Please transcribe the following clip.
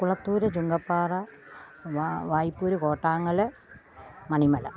Kulathoor Chunkappara Vaipur Kottangal Manimala